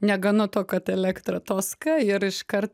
negana to kad elektra toska ir iškart